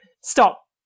Stop